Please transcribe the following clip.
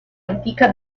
antica